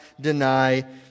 deny